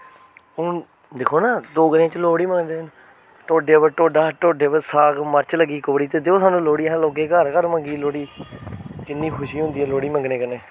हून दिक्खो न डोगरें च लोह्ड़ी मंगदे न ढोडें उप्पर ढोडा ढोडे पर साग मर्च लग्गी कौड़ी ते देओ साढ़ी लोह्ड़ी अहें लोकें दे घर घर मंगी दी लोह्ड़ी किन्नी खुशी होंदी ऐ लोह्ड़ी मंगने कन्नै